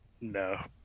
no